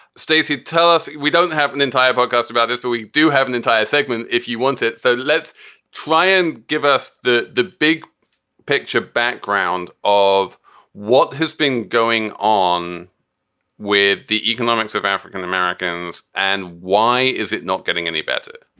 stacey, tell us. we don't have an entire podcast about this, but we do have an entire segment if you want it. so let's try and give us the the big picture background of what has been going on with the economics of african americans and why is it not getting any better